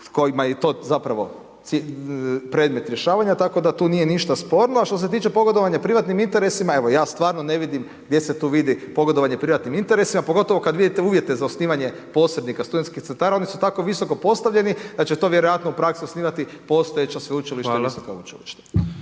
kojima je to predmet rješavanja, tako da tu nije ništa sporno a što se tiče pogodovanju privatnim interesima, evo ja stvarno ne vidim gdje se tu vidi pogodovanje privatnim interesima pogotovo kad vidite uvjete za osnivanje posrednika studentskih centara, oni su tako visoko postavljeni da će to vjerojatno u praksi osnivati postojeća sveučilišta i visoka učilišta.